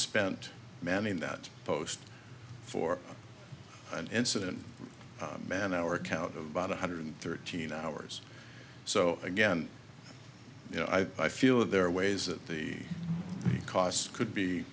spent manning that post for an incident man our account of about one hundred thirteen hours so again you know i feel that there are ways that the costs could be